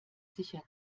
sicher